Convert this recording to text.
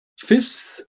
fifth